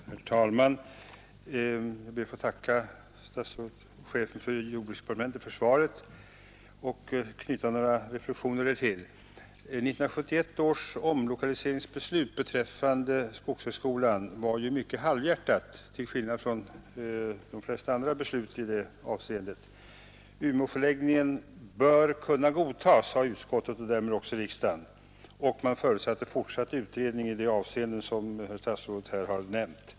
Herr talman! Jag ber att få tacka herr jordbruksministern för svaret och vill knyta några reflexioner till det. 1971 års omlokaliseringsbeslut beträffande skogshögskolan var mycket halvhjärtat till skillnad från de flesta andra beslut i det avseendet. Förläggningen till Umeå bör kunna godtas, sade utskottet och därmed också riksdagen, och man förutsatte fortsatt utredning i det avseende som herr statsrådet har nämnt.